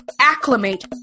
acclimate